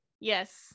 Yes